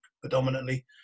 predominantly